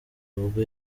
ubwo